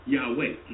Yahweh